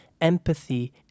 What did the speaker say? empathy